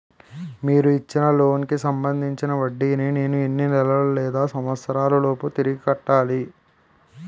మీరు ఇచ్చిన లోన్ కి సంబందించిన వడ్డీని నేను ఎన్ని నెలలు లేదా సంవత్సరాలలోపు తిరిగి కట్టాలి?